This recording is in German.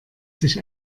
sich